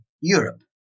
europe